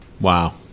wow